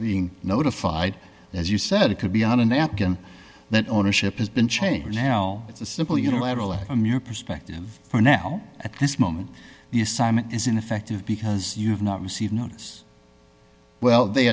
being notified as you said it could be on a napkin that ownership has been changed now it's a simple unilaterally i'm your perspective for now at this moment the assignment is ineffective because you have not received notice well they